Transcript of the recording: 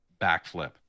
backflip